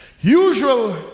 Usual